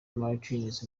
martins